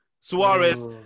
Suarez